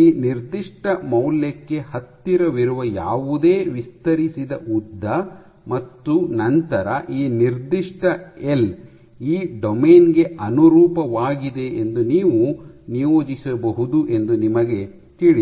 ಈ ನಿರ್ದಿಷ್ಟ ಮೌಲ್ಯಕ್ಕೆ ಹತ್ತಿರವಿರುವ ಯಾವುದೇ ವಿಸ್ತರಿಸಿದ ಉದ್ದ ಮತ್ತು ನಂತರ ಈ ನಿರ್ದಿಷ್ಟ ಎಲ್ ಈ ಡೊಮೇನ್ ಗೆ ಅನುರೂಪವಾಗಿದೆ ಎಂದು ನೀವು ನಿಯೋಜಿಸಬಹುದು ಎಂದು ನಿಮಗೆ ತಿಳಿದಿದೆ